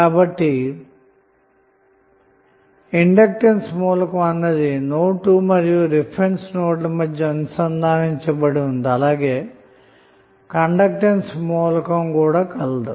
కాబట్టి ఇండక్టెన్స్ మూలకం అన్నది నోడ్ 2 మరియు రిఫరెన్స్ నోడ్ ల మధ్య అనుసంధానించబడి ఉంది అలాగే కండక్టెన్స్ మూలకం కూడా కలదు